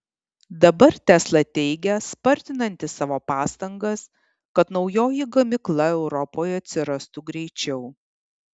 dabar tesla teigia spartinanti savo pastangas kad naujoji gamykla europoje atsirastų greičiau